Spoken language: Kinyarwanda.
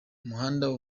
umuhanda